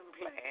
plan